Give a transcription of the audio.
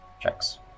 checks